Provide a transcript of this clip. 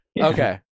Okay